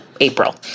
april